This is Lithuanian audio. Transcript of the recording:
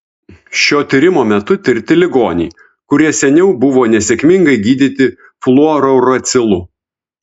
šio tyrimo metu tirti ligoniai kurie seniau buvo nesėkmingai gydyti fluorouracilu